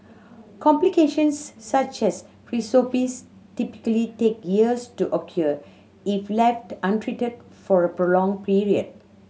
complications such as cirrhosis typically take years to occur if left untreated for a prolonged period